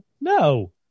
No